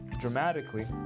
dramatically